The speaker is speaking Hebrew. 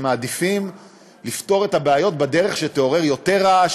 שמעדיפים לפתור את הבעיות בדרך שתעורר יותר רעש,